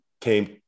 came